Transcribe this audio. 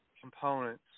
components